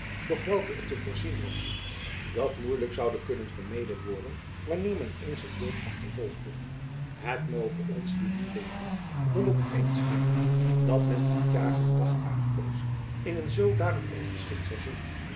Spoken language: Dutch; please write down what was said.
doch welke het te voorzien was dat moeilijk zouden kunnen vermeden worden wanneer men eens het wild achtervolgde het moge ons die nu leven dan ook vreemd schijnen dat men tot jagen een dag uitkoos in een zoodanig ongeschikt saizoen